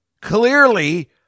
Clearly